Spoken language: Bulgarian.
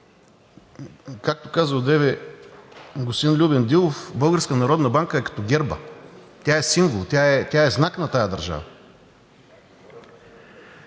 Както каза одеве господин Любен Дилов, Българската народна банка е като герба, тя е символ, тя е знак на тази държава.